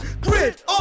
Grid